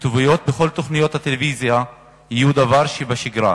וכתוביות בכל תוכניות הטלוויזיה יהיו דבר שבשגרה,